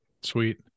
Sweet